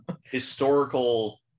historical